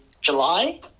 July